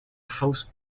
house